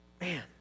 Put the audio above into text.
Man